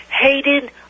hated